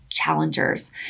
challengers